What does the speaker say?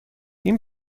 این